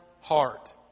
heart